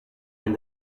and